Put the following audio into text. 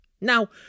Now